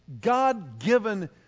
God-given